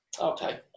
okay